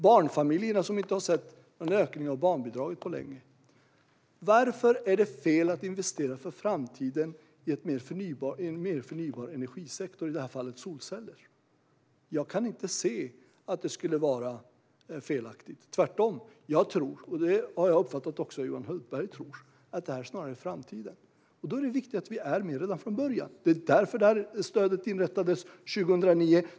Barnfamiljerna har inte sett någon ökning av barnbidraget på länge. Varför är det fel att investera för framtiden i en mer förnybar energisektor, i det här fallet solceller? Jag kan inte se att det skulle vara felaktigt - tvärtom. Jag tror - jag har uppfattat att också Johan Hultberg tror det - att detta snarare är framtiden. Då är det viktigt att vi är med redan från början. Det var därför detta stöd inrättades 2009.